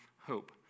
hope